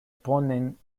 ponen